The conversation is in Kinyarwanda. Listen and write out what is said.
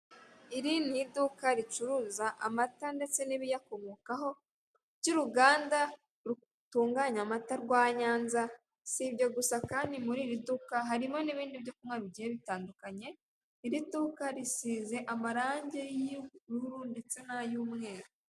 Iri ni iduka ricuruza amata ndetse n'ibiyakomokaho by'uruganda rutunganya amata rwa Nyanza sibyo gusa kandi muri iri duka harimo n'ibindi byo kunywa bigiye bitandukanye, iri duka risize amarange y'ubururu ndetse n'ay'umweru.